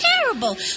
terrible